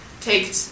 take